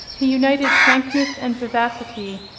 he united frankness and vivacity,